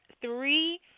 three